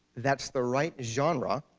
that's the right genre,